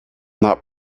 not